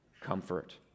comfort